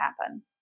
happen